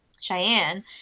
cheyenne